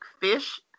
fish